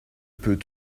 peut